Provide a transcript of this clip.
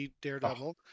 daredevil